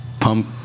Pump